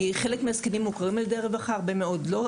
כי חלק מהזקנים מוכרים לרווחה אבל גם הרבה מאוד לא.